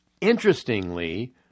Interestingly